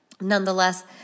nonetheless